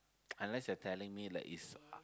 unless you are telling me like it's